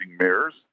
mares